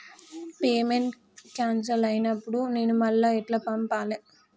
Payment cancel అయినపుడు నేను మళ్ళా ఎట్ల పంపాలే?